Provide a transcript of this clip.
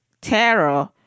terror